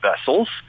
vessels